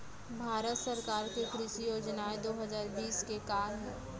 भारत सरकार के कृषि योजनाएं दो हजार बीस के का हे?